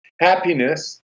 happiness